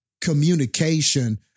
communication